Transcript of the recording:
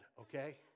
okay